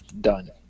done